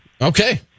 Okay